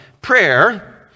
prayer